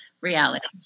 reality